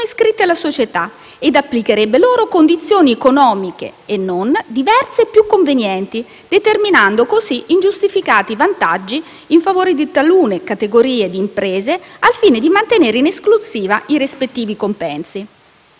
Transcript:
iscritti alla società, ed applicherebbe loro condizioni, economiche e non, diverse e più convenienti, determinando così ingiustificati vantaggi in favore di talune categorie di imprese, al fine di mantenerne in esclusiva i rispettivi compensi.